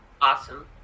Awesome